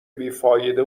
بیفایده